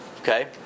okay